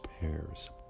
pairs